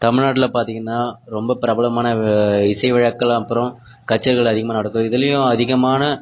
தமிழ்நாட்டில் பார்த்தீங்கனா ரொம்ப பிரபலமான இசைவிழாக்கள் அப்புறம் கச்சேரிகள் அதிகமாக நடக்கும் இதுலேயும் அதிகமான